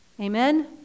Amen